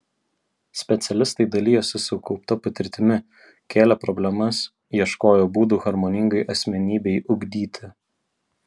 specialistai dalijosi sukaupta patirtimi kėlė problemas ieškojo būdų harmoningai asmenybei ugdyti